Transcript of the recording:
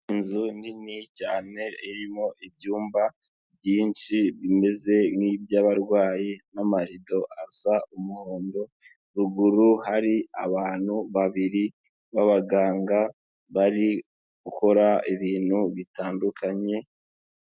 Inzu nini cyane irimo ibyumba byinshi bimeze nk'iby'abarwayi n'amarido asa umuhondo, ruguru hari abantu babiri b'abaganga bari gukora ibintu bitandukanye.